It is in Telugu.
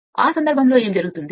ఆ సందర్భంలో ఏమి జరుగుతుంది